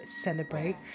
celebrate